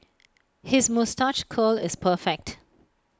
his moustache curl is perfect